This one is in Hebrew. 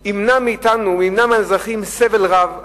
זה ימנע מאתנו, ימנע מהאזרחים סבל רב.